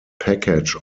package